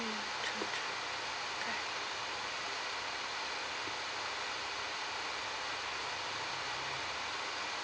mm true true